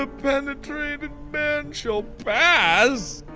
ah penetrated man shall pass?